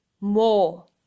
more